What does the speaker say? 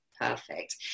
perfect